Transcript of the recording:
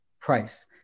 price